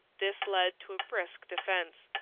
this led to a brisk defence.